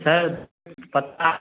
sir पता